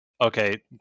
okay